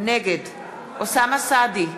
נגד אוסאמה סעדי,